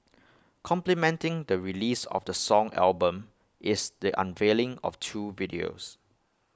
complementing the release of the song album is the unveiling of two videos